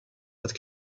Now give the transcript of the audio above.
cette